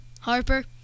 Harper